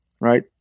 right